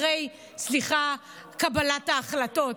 סליחה, בחדרי קבלת ההחלטות.